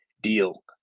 deal